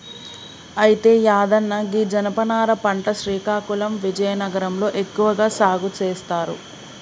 అయితే యాదన్న గీ జనపనార పంట శ్రీకాకుళం విజయనగరం లో ఎక్కువగా సాగు సేస్తారు